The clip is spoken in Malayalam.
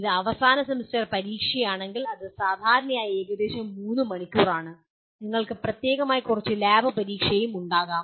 ഇത് അവസാന സെമസ്റ്റർ പരീക്ഷയാണെങ്കിൽ ഇത് സാധാരണയായി ഏകദേശം 3 മണിക്കൂറാണ് നിങ്ങൾക്ക് പ്രത്യേകമായി കുറച്ച് ലാബ് പരീക്ഷയും ഉണ്ടായിരിക്കാം